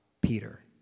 Peter